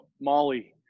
Molly